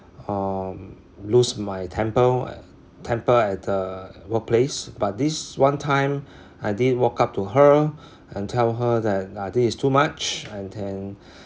um lose my temper while temper at the workplace but this one time I did walk up to her and tell her that I think it's too much and then